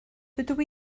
dydw